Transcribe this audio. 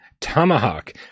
Tomahawk